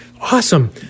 Awesome